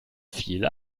viel